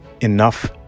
Enough